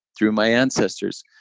through my ancestors.